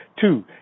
two